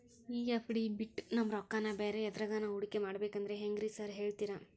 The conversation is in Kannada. ಈ ಎಫ್.ಡಿ ಬಿಟ್ ನಮ್ ರೊಕ್ಕನಾ ಬ್ಯಾರೆ ಎದ್ರಾಗಾನ ಹೂಡಿಕೆ ಮಾಡಬೇಕಂದ್ರೆ ಹೆಂಗ್ರಿ ಸಾರ್ ಹೇಳ್ತೇರಾ?